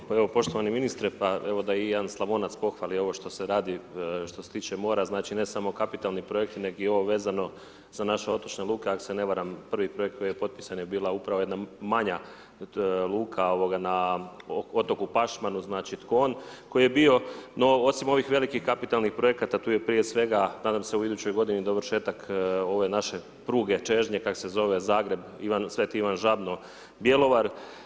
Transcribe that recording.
Hvala lijepo, evo poštovani ministre, pa evo da i jedan Slavonac pohvali ovo što se radi, što se tiče mora, znači ne samo kapitalni projekti nego i ovo vezano za naše otočne luke, ako se ne varam prvi projekt koji je potpisan je bila upravo jedna manja luka na otoku Pašmanu, znači Tkon, koji je bio no, osim ovih velikih kapitalnih projekata tu je prije svega nadam se u idućoj godini dovršetak ove naše pruge, čežnje kako se zove, Zagreb, Sveti Ivan Žabno-Bjelovar.